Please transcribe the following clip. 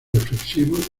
reflexivo